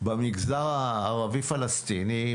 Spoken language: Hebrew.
במגזר הערבי-פלסטיני.